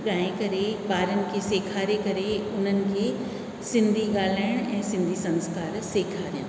ॻाए करे ॿारनि खे सेखारे करे उन्हनि खे सिंधी ॻाल्हाइणु ऐं सिंधी संस्कार सेखारियां